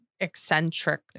eccentric